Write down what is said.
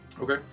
Okay